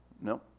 No